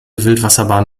wildwasserbahn